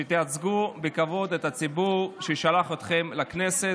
שתייצגו בכבוד את הציבור ששלח אתכם לכנסת,